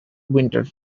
winter